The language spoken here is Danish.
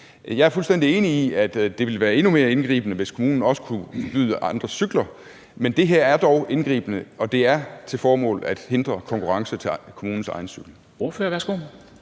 Jeg er fuldstændig enig i, at det ville være endnu mere indgribende, hvis kommunen også kunne forbyde andre cykler. Men det her er dog indgribende, og det har til formål at hindre konkurrence til kommunens egen cykeludlejning.